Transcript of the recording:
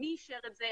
מי אישר את זה?